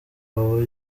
aho